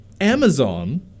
Amazon